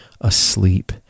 asleep